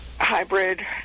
hybrid